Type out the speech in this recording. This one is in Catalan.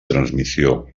transmissió